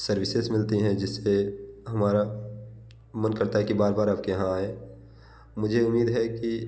services मिलती हैं जिस से हमारा मन करता है कि बार बार आप के यहाँ आएं मुझे उम्मीद है कि